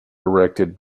erected